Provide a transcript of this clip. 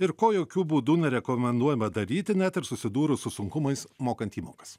ir ko jokiu būdu nerekomenduojama daryti net ir susidūrus su sunkumais mokant įmokas